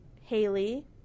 Haley